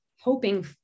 hoping